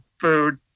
food